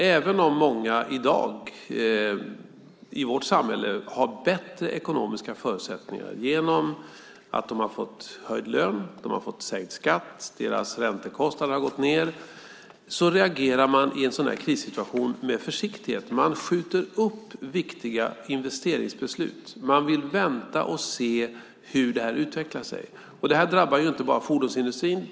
Även om många i dag i vårt samhälle har bättre ekonomiska förutsättningar genom att de har fått höjd lön, sänkt skatt och sänkta räntekostnader reagerar man i en sådan här krissituation med försiktighet. Man skjuter upp viktiga investeringsbeslut. Man vill vänta och se hur detta utvecklar sig. Det drabbar inte bara fordonsindustrin.